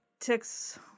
ticks